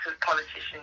politicians